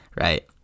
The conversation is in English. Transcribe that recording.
Right